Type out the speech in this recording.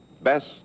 Best